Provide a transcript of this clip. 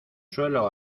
suelo